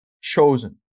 chosen